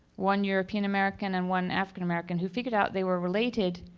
one european american and one african american who figured out they were related,